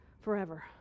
forever